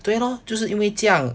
对咯就是因为这样